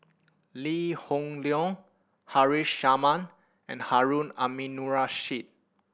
Lee Hoon Leong Haresh Sharma and Harun Aminurrashid